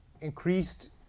Increased